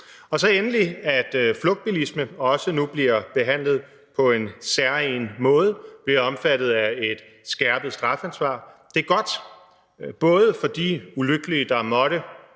også med, at flugtbilisme nu også bliver behandlet på en særegen måde og bliver omfattet af et skærpet strafansvar. Det er godt, både for de ulykkelige personer,